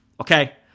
Okay